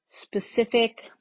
specific